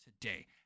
today